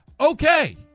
Okay